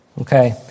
okay